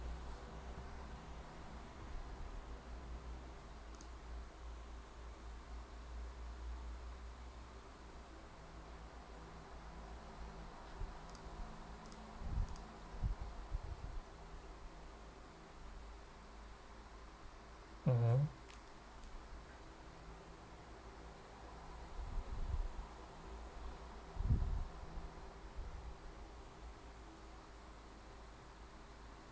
mmhmm